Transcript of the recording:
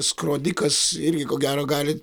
skrodikas irgi ko gero gali